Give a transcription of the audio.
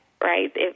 right